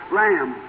lamb